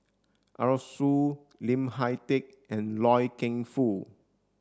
Arasu Lim Hak Tai and Loy Keng Foo